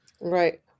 Right